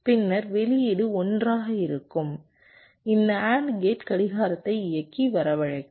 பின்னர் வெளியீடு 1 ஆக இருக்கும் இந்த AND கேட் கடிகாரத்தை இயக்கி வரவழைக்கும்